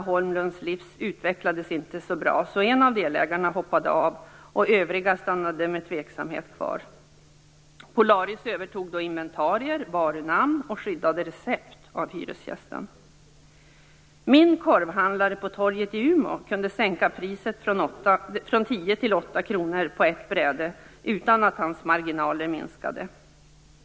Holmlunds Livs utvecklades inte så bra, så en av delägarna hoppade av och övriga stannade kvar med tveksamhet. Polaris övertog då inventarier, varunamn och skyddade recept av hyresgästen. Min korvhandlare på torget i Umeå kunde sänka priset från 10 kr till 8 kr på ett bräde utan att hans marginaler minskade.